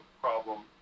problem